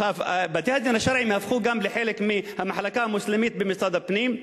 בתי-הדין השרעיים הפכו גם לחלק מהמחלקה המוסלמית במשרד הפנים.